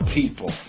people